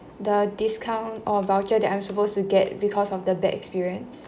the discount or voucher that I'm supposed to get because of the bad experience